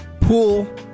pool